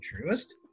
truest